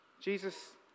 Jesus